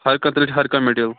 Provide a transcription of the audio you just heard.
ہَر کانٛہہ ہَر کانٛہہ میٚٹیٖرِیل